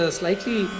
slightly